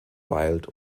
wild